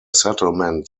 settlement